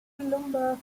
lumber